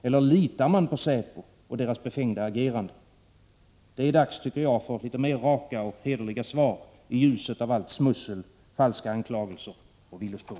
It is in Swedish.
Eller litar man på säpo och dess befängda agerande? Jag tycker att det är dags för litet mera raka och hederliga svar i ljuset av allt smussel, falska anklagelser och villospår.